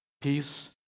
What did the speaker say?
peace